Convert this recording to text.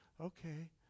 okay